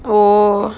oh